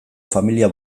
familia